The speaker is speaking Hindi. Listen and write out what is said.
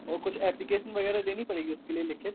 और कुछ एप्लीकेसन वगैरह देनी पड़ेगी उसके लिए लिखित